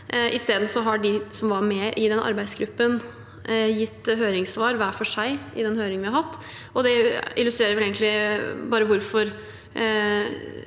I stedet har de som var med i arbeidsgruppen, gitt høringssvar hver for seg i den høringen vi har hatt. Det illustrerer vel egentlig hvorfor